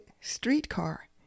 streetcar